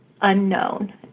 unknown